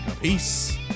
Peace